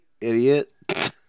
Idiot